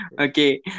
Okay